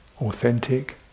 Authentic